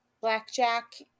Blackjack